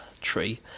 tree